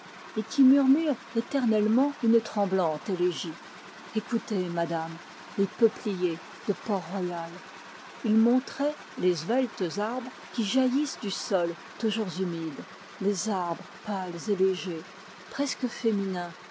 et qui murmurent éternellement une tremblante élégie écoutez madame les peupliers de port-royal il montrait les sveltes arbres qui jaillissent du sol toujours humide les arbres pâles et légers presque féminins